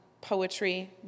poetry